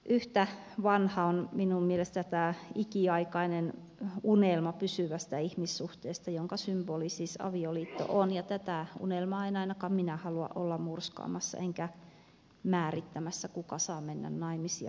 yhtä vanha on minun mielestäni tämä ikiaikainen unelma pysyvästä ihmissuhteesta jonka symboli siis avioliitto on ja tätä unelmaa en ainakaan minä halua olla murskaamassa enkä määrittämässä kuka saa mennä naimisiin ja kuka ei